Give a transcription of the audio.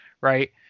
right